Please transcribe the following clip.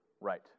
Right